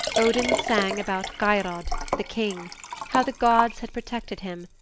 odin sang about geirrod, the king how the gods had protected him,